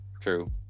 True